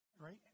right